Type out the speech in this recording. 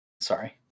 Sorry